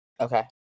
Okay